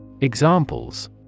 Examples